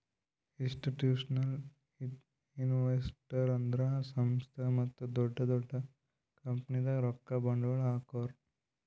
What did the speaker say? institutional investors ಅಂದ್ರ ಸಂಸ್ಥಾ ಮತ್ತ್ ದೊಡ್ಡ್ ದೊಡ್ಡ್ ಕಂಪನಿದಾಗ್ ರೊಕ್ಕ ಬಂಡ್ವಾಳ್ ಹಾಕೋರು